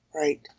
Right